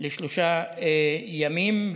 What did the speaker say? לשלושה ימים,